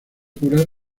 curar